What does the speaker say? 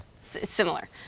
similar